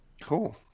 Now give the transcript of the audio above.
Cool